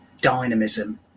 dynamism